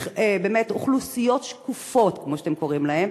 באמת, אוכלוסיות שקופות, כמו שאתם קוראים להם,